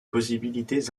possibilités